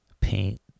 paint